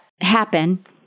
happen